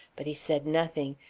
but he said nothing,